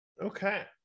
Okay